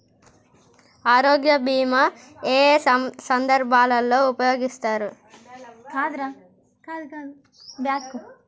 ఆరోగ్య బీమా ఏ ఏ సందర్భంలో ఉపయోగిస్తారు?